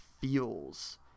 feels